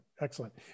excellent